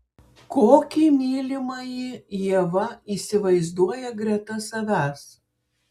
kokį mylimąjį ieva įsivaizduoja greta savęs